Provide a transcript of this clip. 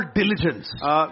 diligence